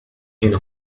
أين